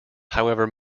however